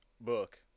book